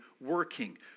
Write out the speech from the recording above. working